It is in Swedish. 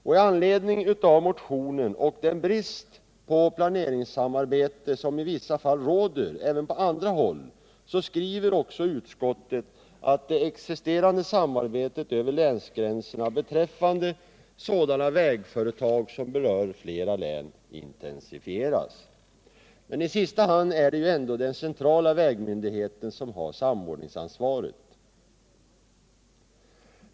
Med anledning av motionen och den brist på planeringssamarbete som i vissa fall råder även på andra håll förutsätter också utskottet ”att det existerande samarbetet över länsgränserna beträffande sådana vägföretag som berör flera län intensifieras”. I sista hand är det ändå den centrala vägmyndigheten som har samordningsansvaret.